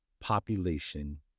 population